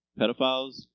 Pedophiles